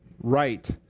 right